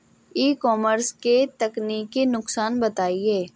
ई commerce के तकनीकी नुकसान बताएं?